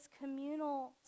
communal